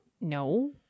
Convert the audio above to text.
No